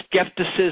skepticism